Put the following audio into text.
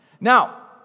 Now